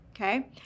okay